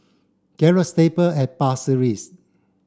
Gallop Stable at Pasir Ris